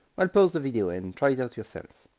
well pause the video and and try it out yourself!